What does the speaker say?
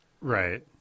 Right